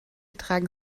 tragen